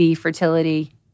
fertility